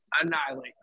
annihilate